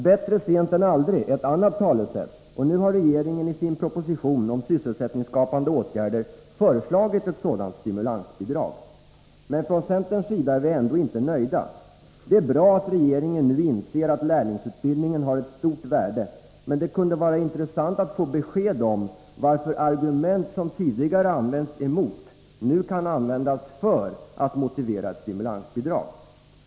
”Bättre sent än aldrig” är ett annat talesätt, och nu har regeringen i sin proposition om sysselsättningsskapande åtgärder föreslagit ett sådant stimulansbidrag. Men från centerns sida är vi ändå inte nöjda. Det är bra att regeringen nu inser att lärlingsutbildningen har ett stort värde, men det kunde vara intressant att få besked om varför argument som tidigare användes emot nu kan användas för att motivera ett stimulansbidrag?